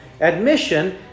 admission